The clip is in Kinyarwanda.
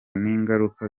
n’ingaruka